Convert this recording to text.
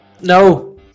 no